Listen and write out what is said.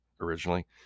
originally